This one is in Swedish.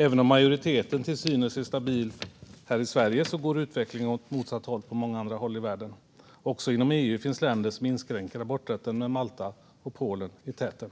Även om majoriteten till synes är stabil här i Sverige går utvecklingen åt motsatt håll på många andra håll i världen. Också inom EU finns det länder som inskränker aborträtten, med Malta och Polen i täten.